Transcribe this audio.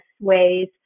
ways